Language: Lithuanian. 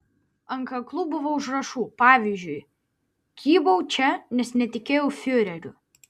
ant kaklų buvo užrašų pavyzdžiui kybau čia nes netikėjau fiureriu